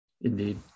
Indeed